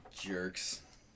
Jerks